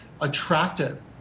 attractive